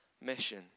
mission